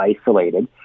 isolated